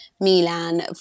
Milan